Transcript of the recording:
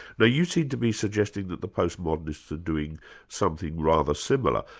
now you seem to be suggesting that the post modernists are doing something rather similar.